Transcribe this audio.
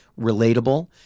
relatable